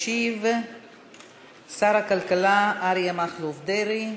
ישיב שר הכלכלה אריה מכלוף דרעי.